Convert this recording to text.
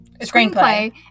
screenplay